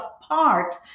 apart